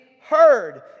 heard